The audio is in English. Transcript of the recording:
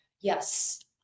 Yes